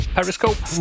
Periscope